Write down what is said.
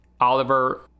Oliver